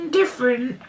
different